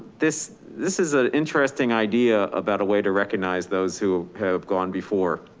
this this is an interesting idea about a way to recognize those who have gone before.